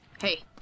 Hey